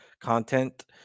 content